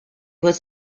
was